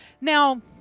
Now